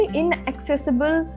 inaccessible